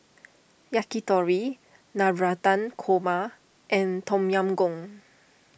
Yakitori Navratan Korma and Tom Yam Goong